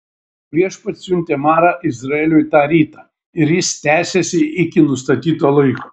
viešpats siuntė marą izraeliui tą rytą ir jis tęsėsi iki nustatyto laiko